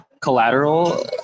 collateral